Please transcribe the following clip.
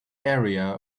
area